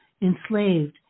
enslaved